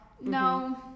No